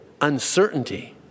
uncertainty